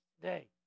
today